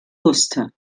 musste